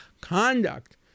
conduct